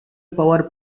power